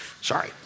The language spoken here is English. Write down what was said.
Sorry